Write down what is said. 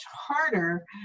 harder